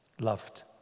Loved